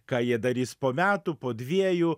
ką jie darys po metų po dviejų